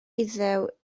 iddew